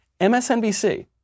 MSNBC